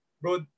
bro